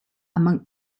among